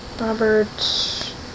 Robert